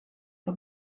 the